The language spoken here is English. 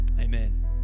Amen